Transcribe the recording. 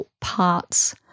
parts